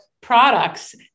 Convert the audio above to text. products